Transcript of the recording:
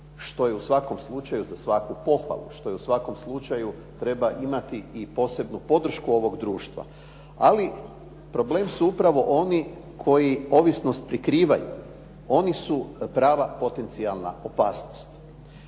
što je u svakom slučaju za svaku pohvalu, što je u svakom slučaju treba imati i posebnu podršku ovog društva. Ali problem su upravo oni koji ovisnost prikrivaju, oni su prava potencijalna opasnost.